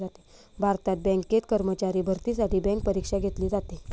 भारतात बँकेत कर्मचारी भरतीसाठी बँक परीक्षा घेतली जाते